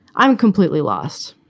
i'm completely lost.